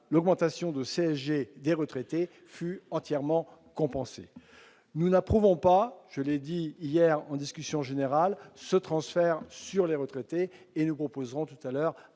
l'augmentation de CSG des retraités fut entièrement compensée, nous n'approuvons pas, je l'ai dit hier en discussion générale ce transfert sur les retraités et nous proposons tout à l'heure